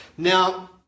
Now